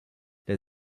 der